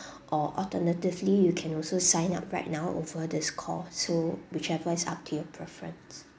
or alternatively you can also sign up right now over this call so whichever is up to your preference